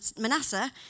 Manasseh